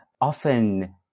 often